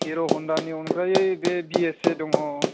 हिर' हनदानि अनगायै बे बिएसए दङ